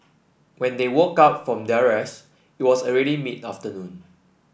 when they woke up from their rest it was already mid afternoon